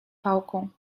pałką